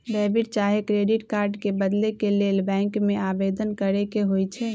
debit चाहे credit card के बदले के लेल बैंक में आवेदन करेके होइ छइ